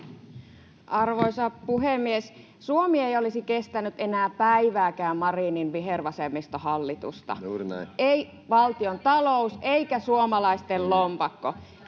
Arvoisa puhemies! Suomi ei olisi kestänyt enää päivääkään Marinin vihervasemmistohallitusta, ei valtiontalous eikä suomalaisten lompakko.